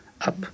up